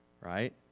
right